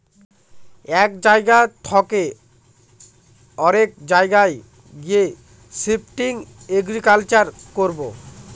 এক জায়গা থকে অরেক জায়গায় গিয়ে শিফটিং এগ্রিকালচার করবো